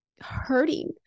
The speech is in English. hurting